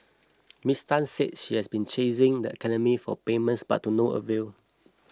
Ms Tan said she has been chasing the academy for payments but to no avail